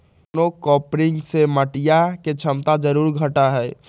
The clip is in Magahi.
मोनोक्रॉपिंग से मटिया के क्षमता जरूर घटा हई